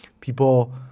People